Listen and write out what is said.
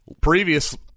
previous